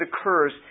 occurs